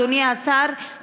אדוני השר,